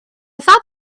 thought